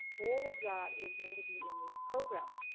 all of that is going to be in this program.